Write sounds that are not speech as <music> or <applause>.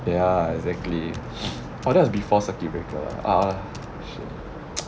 ya exactly <breath> oh that was before circuit breaker ah shit <noise>